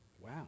Wow